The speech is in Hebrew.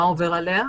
מה עובר עליה.